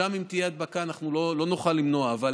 שם אם תהיה הדבקה אנחנו לא נוכל למנוע, אבל